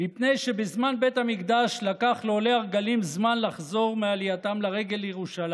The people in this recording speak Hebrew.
מרמה של מלמעלה מ-14 הרוגים ל-100,000 לרמה של 11.2 הרוגים